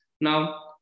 now